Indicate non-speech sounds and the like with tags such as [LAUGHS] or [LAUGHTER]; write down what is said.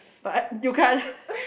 but you can't [LAUGHS]